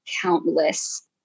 countless